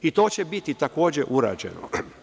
I to će biti takođe urađeno.